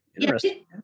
interesting